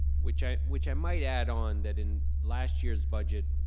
which i which i might add on that in last year's budget,